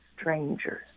strangers